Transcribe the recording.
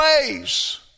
ways